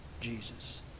Jesus